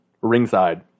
ringside